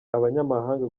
abanyamahanga